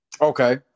Okay